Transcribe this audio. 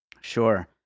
Sure